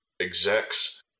execs